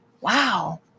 wow